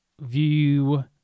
View